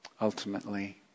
ultimately